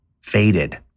faded